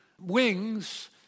wings